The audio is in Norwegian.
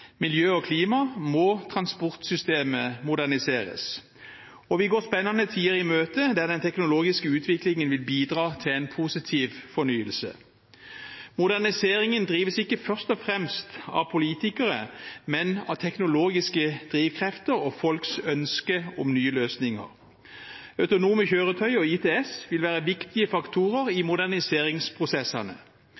miljø og klima må transportsystemet moderniseres. Vi går spennende tider i møte, der den teknologiske utviklingen vil bidra til en positiv fornyelse. Moderniseringen drives ikke først og fremst av politikere, men av teknologiske drivkrefter og folks ønske om nye løsninger. Autonome kjøretøy og ITS vil være viktige faktorer i moderniseringsprosessene. Systemer for anvendelse av informasjons- og kommunikasjonsteknologi i